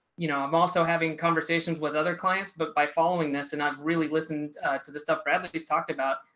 you know, i'm also having conversations with other clients but by following this and i've really listened to the stuff bradley's talked about,